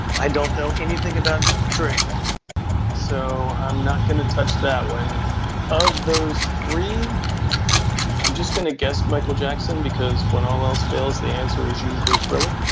i don't know anything about drake so i'm not going to touch that one of those three i'm just going to guess. michael jackson because when all else fails the answer is usually thriller